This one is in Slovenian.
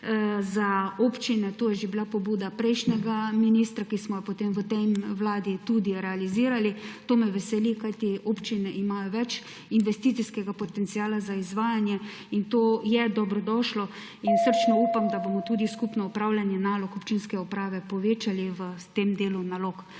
za občine. To je že bila pobuda prejšnjega ministra, ki smo jo potem v tej vladi tudi realizirali. To me veseli, kajti občine imajo več investicijskega potenciala za izvajanje in to je dobrodošlo. In srčno upam, da bomo tudi skupno opravljanje nalog občinske uprave povečali v tem delu nalog.